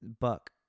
Buck